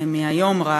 מהיום רק,